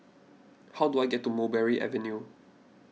how do I get to Mulberry Avenue